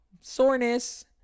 soreness